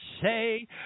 say